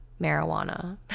marijuana